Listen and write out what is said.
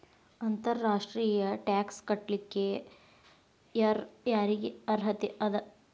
ಅಂತರ್ ರಾಷ್ಟ್ರೇಯ ಟ್ಯಾಕ್ಸ್ ಕಟ್ಲಿಕ್ಕೆ ಯರ್ ಯಾರಿಗ್ ಅರ್ಹತೆ ಅದ?